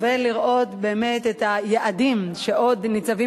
ולראות באמת את היעדים שעוד ניצבים